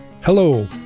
Hello